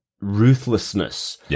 ruthlessness